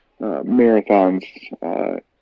marathons